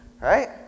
right